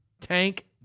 Tank